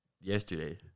yesterday